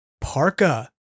parka